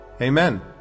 Amen